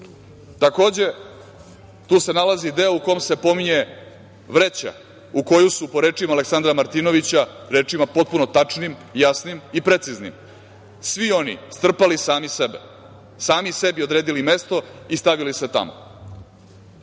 tako. Takođe, tu se nalazi deo u kom se pominje vreća u koju su, po rečima Aleksandra Martinovića, rečima potpuno tačnim, jasnim i preciznim, svi oni strpali sami sebe, sami sebi odredili mesto i stavili se tamo.